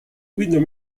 quinto